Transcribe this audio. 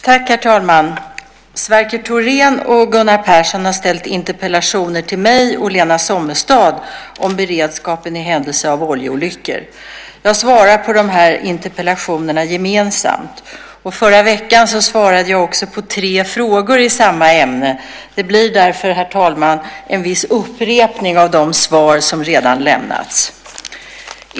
Herr talman! Sverker Thorén och Sven Gunnar Persson har ställt interpellationer till mig och Lena Sommestad om beredskapen i händelse av oljeolyckor. Jag svarar på dessa interpellationer gemensamt. Förra veckan svarade jag också på tre frågor i samma ämne. Det blir därför, herr talman, en viss upprepning av de svar som redan lämnats.